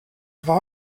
war